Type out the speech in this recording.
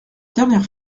dernière